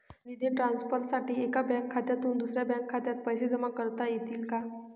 निधी ट्रान्सफरसाठी एका बँक खात्यातून दुसऱ्या बँक खात्यात पैसे जमा करता येतील का?